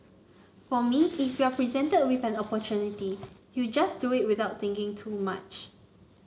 for me if you are presented with an opportunity you just do it without thinking too much